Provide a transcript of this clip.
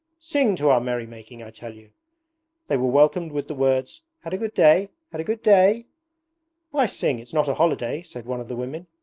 sing to our merry-making, i tell you they were welcomed with the words, had a good day? had a good day why sing? it's not a holiday said one of the women.